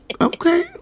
okay